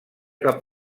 cap